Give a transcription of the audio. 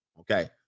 Okay